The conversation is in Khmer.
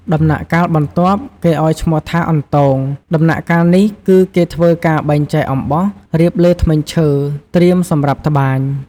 ដំណាក់កាលបន្ទាប់គេឲ្យឈ្មោះថាអន្ទង ដំណាក់កាលនេះគឹគេធ្វើការបែងចែកអំបោះរៀបលើធ្មេញឈើត្រៀមសម្រាប់ត្បាញ។